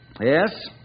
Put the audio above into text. Yes